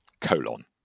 colon